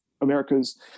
America's